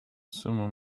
simum